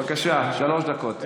בבקשה, שלוש דקות.